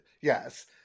Yes